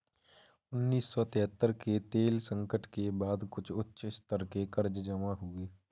उन्नीस सौ तिहत्तर के तेल संकट के बाद कुछ उच्च स्तर के कर्ज जमा हुए